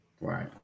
Right